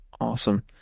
awesome